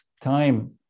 time